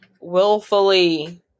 Willfully